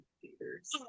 theaters